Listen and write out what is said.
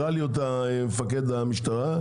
הראה לי אותה מפקד המשטרה.